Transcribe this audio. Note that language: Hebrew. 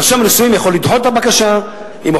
רשם הנישואים יכול לדחות את הבקשה אם הוא